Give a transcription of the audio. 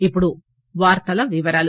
ఇప్పుడు వార్తల వివరాలు